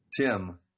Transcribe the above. Tim